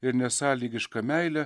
ir nesąlygišką meilę